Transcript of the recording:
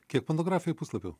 kiek monografijoj puslapių